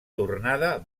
tornada